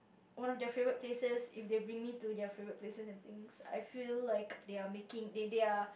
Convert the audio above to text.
one of their favourite places if they bring me to their favourite places and things I feel like they are making they they are